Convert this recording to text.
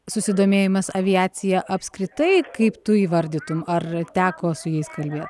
susidomėjimas aviacija apskritai kaip tu įvardytum ar teko su jais kalbė